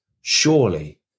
Surely